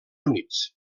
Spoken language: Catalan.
units